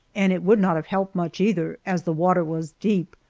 and it would not have helped much either, as the water was deep.